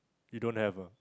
you don't have ah